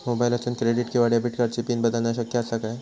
मोबाईलातसून क्रेडिट किवा डेबिट कार्डची पिन बदलना शक्य आसा काय?